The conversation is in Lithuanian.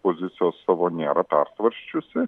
pozicijos savo nėra persvarsčiusi